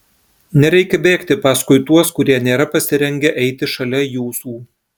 nereikia bėgti paskui tuos kurie nėra pasirengę eiti šalia jūsų